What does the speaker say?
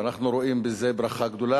אנחנו רואים בזה ברכה גדולה,